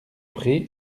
pré